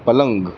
पलंग